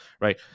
right